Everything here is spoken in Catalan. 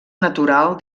natural